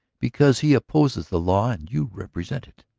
because he opposes the law and you represent it.